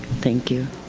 thank you.